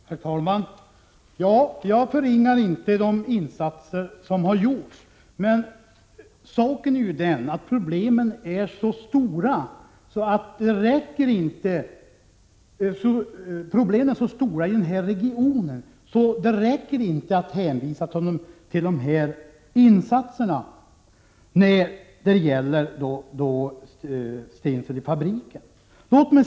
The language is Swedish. Herr talman! Ja, jag förringar inte de insatser som har gjorts. Problemen i regionen är emellertid så stora att det inte räcker att hänvisa till dessa insatser när det gäller Stenselefabriken.